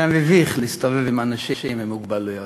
זה היה מביך להסתובב עם אנשים עם מוגבלויות,